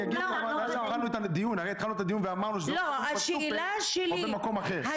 הרי התחלנו את הדיון ואמרנו שזה יכול לקרות בסופר או במקום אחר.